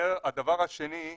הדבר השני,